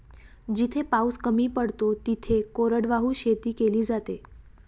जिथे पाऊस कमी पडतो तिथे कोरडवाहू शेती केली जाते